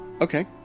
Okay